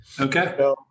Okay